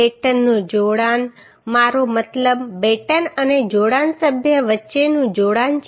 બેટનનું જોડાણ મારો મતલબ બેટન અને જોડાણ સભ્ય વચ્ચેનું જોડાણ છે